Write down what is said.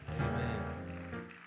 Amen